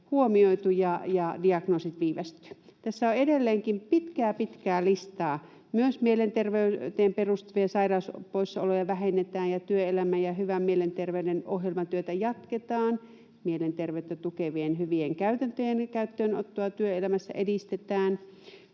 huomioitu ja diagnoosit viivästyvät. Tässä on edelleenkin pitkää, pitkää listaa: ”Mielenterveyteen perustuvia sairauspoissaoloja vähennetään, ja työelämän ja hyvän mielenterveyden ohjelmatyötä jatketaan. Mielenterveyttä tukevien hyvien käytäntöjen käyttöönottoa työelämässä edistetään.